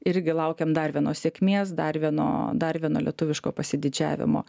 irgi laukiam dar vienos sėkmės dar vieno dar vieno lietuviško pasididžiavimo